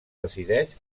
decideix